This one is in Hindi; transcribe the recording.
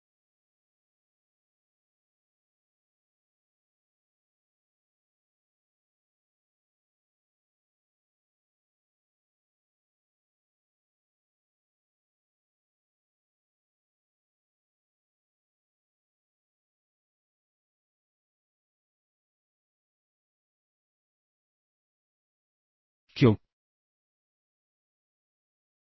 तो आईए देखते हैं यह कैसे होता है